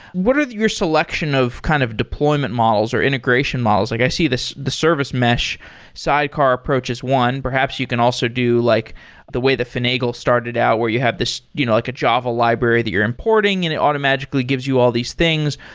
what are your selection of kind of deployment models or integration models? like i see the service mesh sidecar approach is one. perhaps you can also do like the way the finagle started out, where you have this you know like a java library that you're importing and it auto-magically gives you all these things.